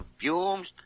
fumes